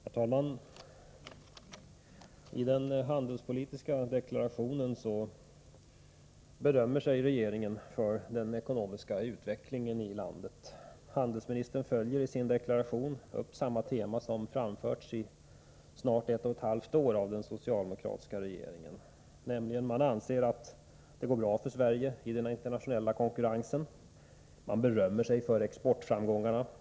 Herr talman! I den handelspolitiska deklarationen berömmer sig regeringen för den ekonomiska utvecklingen i landet. I sin deklaration följer utrikeshandelsministern samma tema som framförts i snart ett och ett halvt år av den socialdemokratiska regeringen. Man anser att det går bra för Sverige i den internationella konkurrensen. Man berömmer sig för exportframgångarna.